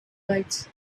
lights